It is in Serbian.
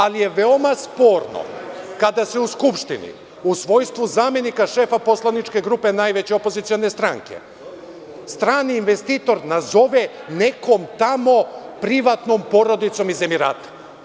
Ali, veoma je sporno kada se u Skupštini u svojstvu zamenika šefa poslaničke grupe najveće opozicione stranke, strani investitor nazove nekom tamo privatnom porodicom iz Emirata.